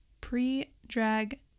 Pre-drag